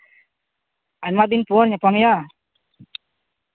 ᱟᱭᱢᱟ ᱫᱤᱱ ᱯᱚᱨ ᱧᱟᱯᱟᱢ ᱭᱟ